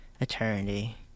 eternity